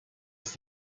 ist